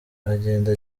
agenda